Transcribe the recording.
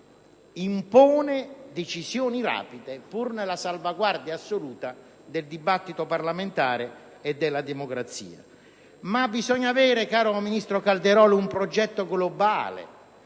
impone decisioni rapide, pur nella salvaguardia assoluta del dibattito parlamentare e della democrazia. Bisogna però avere, caro ministro Calderoli, un progetto globale